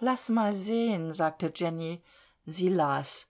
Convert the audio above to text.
laß mal sehen sagte jenny sie las